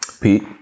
Pete